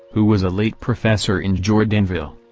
who was a late professor in jordanville.